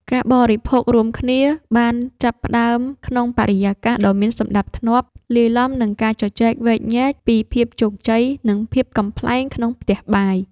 ការបរិភោគរួមគ្នាបានចាប់ផ្ដើមក្នុងបរិយាកាសដ៏មានសណ្ដាប់ធ្នាប់ លាយឡំនឹងការជជែកវែកញែកពីភាពជោគជ័យ និងភាពកំប្លែងក្នុងផ្ទះបាយ។